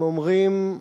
הם אומרים: